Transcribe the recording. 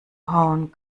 hauen